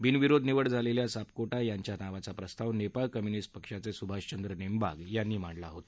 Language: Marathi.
बिनविरोध निवड झालेल्या सापकोटा यांच्या नावाचा प्रस्ताव नेपाळ कम्युनिस्ट पक्षाचे सुभाष चंद्र नेम्बांग यांनी मांडला होता